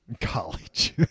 College